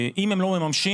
אם הם לא ממשים